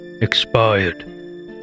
expired